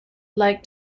like